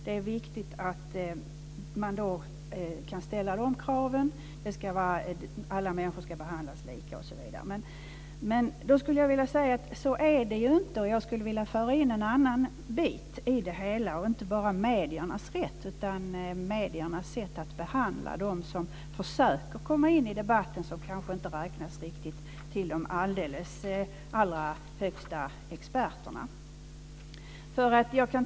Det är viktigt att man kan ställa krav på att alla människor ska behandlas lika osv. Men så är det inte. Jag skulle vilja föra in en annan bit, inte bara mediernas rätt utan deras sätt att behandla dem som försöker komma in i debatten men kanske inte räknas till de främsta experterna.